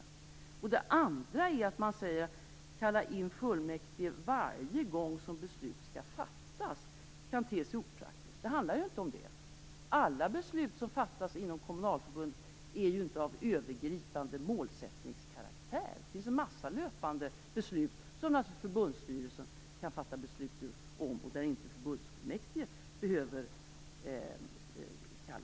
Utskottet säger att det kan te sig opraktiskt att kalla in fullmäktige varje gång som beslut skall fattas. Men det handlar inte om detta. Alla beslut som fattas inom kommunalförbund är ju inte av övergripande målsättningskaraktär. Det finns en mängd löpande beslut som förbundsstyrelsen naturligtvis kan fatta beslut om och då förbundsfullmäktige inte behöver kallas in.